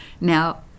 Now